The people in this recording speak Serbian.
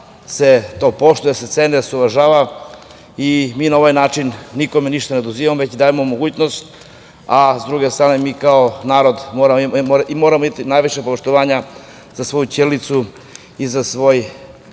se to poštuje, ceni i uvažava, i mi na ovaj način nikome ništa ne oduzimamo, već dajemo mogućnost a sa druge strane moramo imati najviše poštovanja za svoju ćirilicu i za svoj